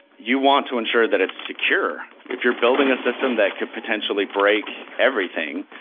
you want to ensure that it's secure. if you're building a system that could potentially break everything,